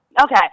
Okay